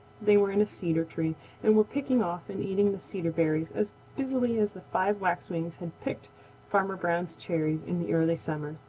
they were in a cedar tree and were picking off and eating the cedar berries as busily as the five waxwings had picked farmer brown's cherries in the early summer.